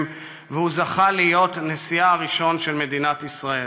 והוא זכה להיות נשיאה הראשון של מדינת ישראל.